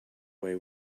way